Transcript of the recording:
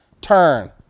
turn